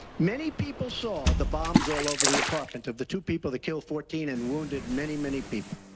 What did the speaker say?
many people saw the bombs all over the apartment of the two people that killed fourteen and wounded many, many people.